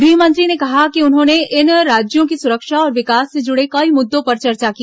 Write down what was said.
गृहमंत्री ने कहा कि उन्होंने इन राज्यों की सुरक्षा और विकास से जुड़े कई मुद्दों पर चर्चा की